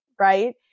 right